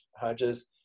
Hodges